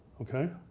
okay,